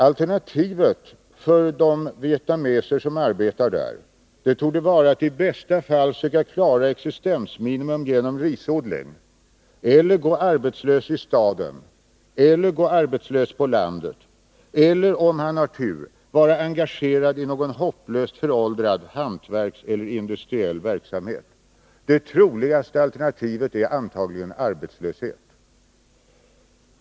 Alternativet för de vietnameser som arbetar där torde vara att i bästa fall söka klara existensminimum genom risodling, att gå arbetslös i staden eller på landet eller, om man har tur, vara engagerad i någon hopplöst föråldrad hantverkseller industriverksamhet. Det troligaste alternativet är antagligen arbetslöshet.